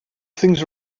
things